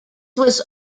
was